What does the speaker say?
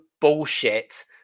bullshit